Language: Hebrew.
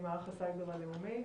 ממערך הסייבר הלאומי.